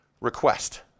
request